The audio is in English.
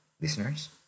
listeners